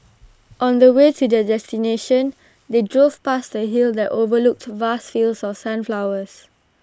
on the way to their destination they drove past A hill that overlooked vast fields of sunflowers